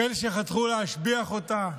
כאלה שחתרו להשביח אותה,